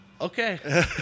Okay